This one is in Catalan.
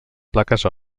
plaques